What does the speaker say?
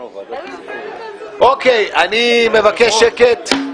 --- אני מבקש שקט.